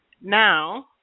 Now